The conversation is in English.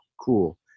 cool